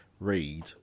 read